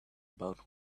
about